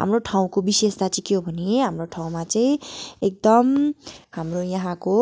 हाम्रो ठाउँको विशेषता के हो भने हाम्रो ठाउँमा चाहिँ एकदम हाम्रो यहाँको